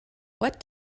what